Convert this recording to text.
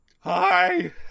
Hi